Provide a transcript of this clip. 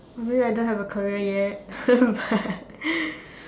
I mean I don't have a career yet but